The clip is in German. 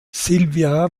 sylvia